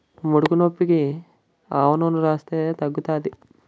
ముడుకునొప్పికి ఆవనూనెని రాస్తే తగ్గుతాది